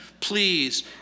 Please